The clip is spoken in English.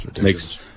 makes